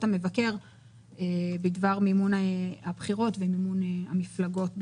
המבקר בדבר מימון הבחירות ומימון המפלגות בבחירות.